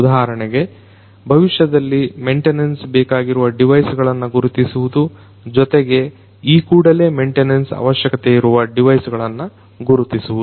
ಉದಾಹರಣೆಗೆ ಭವಿಷ್ಯದಲ್ಲಿ ಮೆಂಟೇನೆನ್ಸ್ ಬೇಕಾಗಿರುವ ಡಿವೈಸ್ ಗಳನ್ನು ಗುರುತಿಸುವುದು ಜೊತೆಗೆ ಈ ಕೂಡಲೇ ಮೆಂಟೇನೆನ್ಸ್ ಅವಶ್ಯಕತೆ ಇರುವ ಡಿವೈಸ್ ಗಳನ್ನು ಗುರುತಿಸುವುದು